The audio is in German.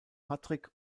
patrick